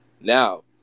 Now